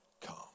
come